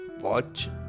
watch